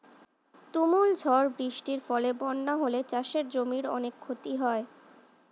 তুমুল ঝড় বৃষ্টির ফলে বন্যা হলে চাষের জমির অনেক ক্ষতি হয়